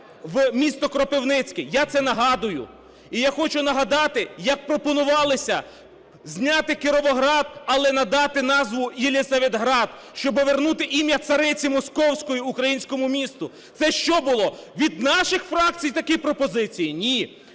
в місто Кропивницький. Я це нагадую. І я хочу нагадати, як пропонували зняти Кіровоград, але надати назву "Єлисаветград", щоби вернути ім'я цариці московської українському місту. Це що було, від наших фракцій такі пропозиції? Ні,